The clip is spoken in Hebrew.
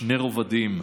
שני רבדים,